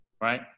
right